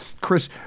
Chris